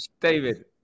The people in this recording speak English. David